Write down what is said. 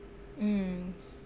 mm